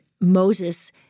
Moses